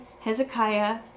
Hezekiah